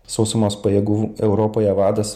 sausumos pajėgų europoje vadas